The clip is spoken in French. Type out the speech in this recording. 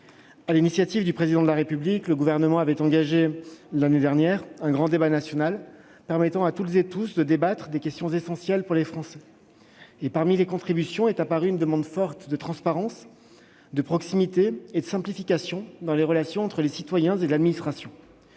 l'initiative du Président de la République, le Gouvernement a engagé l'année dernière un grand débat national permettant à toutes et à tous de débattre des questions essentielles pour les Français. Les contributions ont fait émerger une demande forte de transparence, de proximité et de simplification dans les relations entre les citoyens et l'administration.